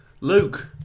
Luke